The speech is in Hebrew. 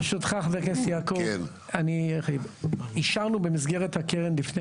ברשותך, חבר הכנסת יעקב, אישרנו במסגרת הקרן לפני